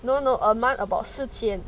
no no a month about 四千